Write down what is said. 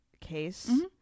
case